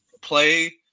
Play